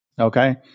okay